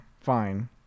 Fine